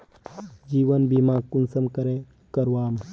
जीवन बीमा कुंसम करे करवाम?